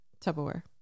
Tupperware